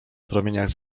promieniach